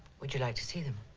would you like to see them?